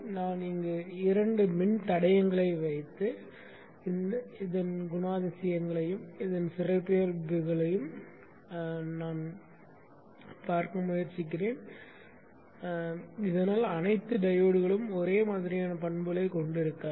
நான் இங்கு இரண்டு மின்தடையங்களை வைத்து இதன் குணாதிசயங்களையும் இதன் சிறப்பியல்புகளையும் சிதைக்க முயற்சிக்கிறேன் இதனால் அனைத்து டையோட்களும் ஒரே மாதிரியான பண்புகளைக் கொண்டிருக்காது